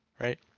right